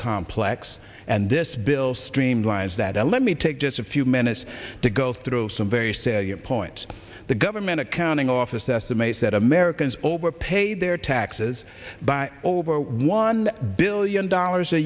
complex and this bill streamlines that i let me take just a few minutes to go through some very salient point the government accounting office estimates that americans over paid their taxes by over one billion dollars a